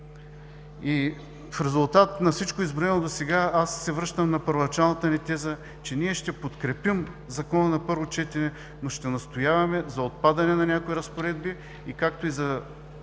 В резултат на всичко изброено досега, се връщам на първоначалната ни теза, че ние ще подкрепим Закона на първо четене, но ще настояваме за отпадане на някои разпоредби, както и за